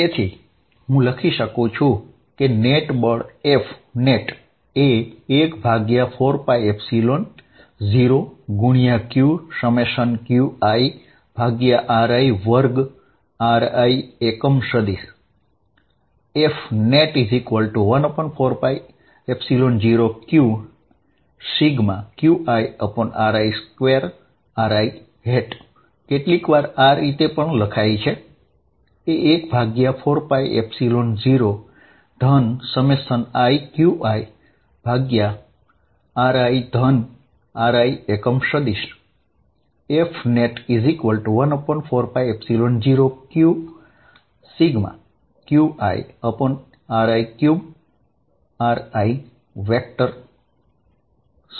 તેથી હું આપેલ સમીકરણ આ રીતે લખી શકું છું Fnet14π0qQiri2ri કેટલીકવાર આ રીતે પણ લખાય છે Fnet14π0qQiri3ri જયાં ri એકમ સદિશ છે